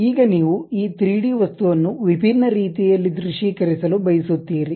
ಈಗ ನೀವು ಈ 3ಡಿ ವಸ್ತುವನ್ನು ವಿಭಿನ್ನ ರೀತಿಯಲ್ಲಿ ದೃಶ್ಯೀಕರಿಸಲು ಬಯಸುತ್ತೀರಿ